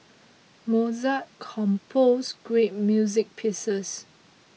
Mozart composed great music pieces